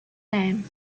name